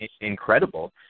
incredible